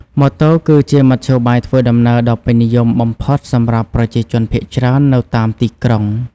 ម៉ូតូ គឺជាមធ្យោបាយធ្វើដំណើរដ៏ពេញនិយមបំផុតសម្រាប់ប្រជាជនភាគច្រើននៅតាមទីក្រុង។